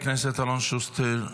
חבר הכנסת אלון שוסטר,